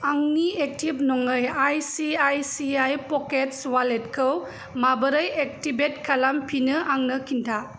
आंनि एक्टिभ नङि ICICI Pockets वालेटखौ माबोरै एक्टिभेट खालामफिनो आंनो खिन्था